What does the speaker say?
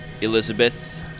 Elizabeth